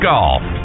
Golf